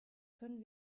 können